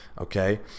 Okay